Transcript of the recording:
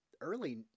early